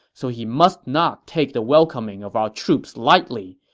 so he must not take the welcoming of our troops lightly,